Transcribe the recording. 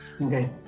Okay